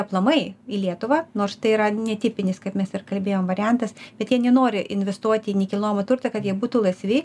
aplamai į lietuvą nors tai yra netipinis kaip mes ir kalbėjom variantas bet jie nenori investuoti į nekilnojamą turtą kad jie būtų laisvi